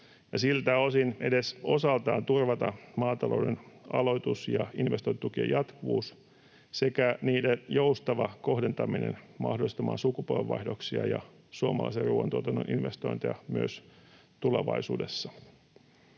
siltä osin edes osaltaan turvata maatalouden aloitus- ja investointitukien jatkuvuus sekä niiden joustava kohdentaminen mahdollistamaan sukupolvenvaihdoksia ja suomalaisen ruoantuotannon investointeja myös tulevaisuudessa.